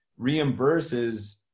reimburses